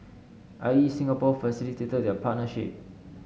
I E Singapore facilitated their partnership